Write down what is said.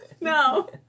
No